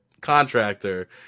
contractor